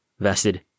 vested